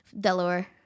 Delaware